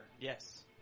Yes